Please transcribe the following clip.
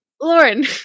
Lauren